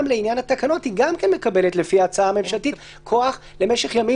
גם לעניין התקנות היא מקבלת כוח למשך ימים